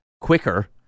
quicker